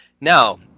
Now